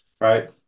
right